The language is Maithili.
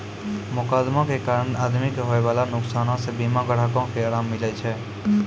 मोकदमा के कारण आदमी के होयबाला नुकसानो से बीमा ग्राहको के अराम मिलै छै